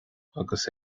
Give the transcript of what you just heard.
agus